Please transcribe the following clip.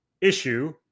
issue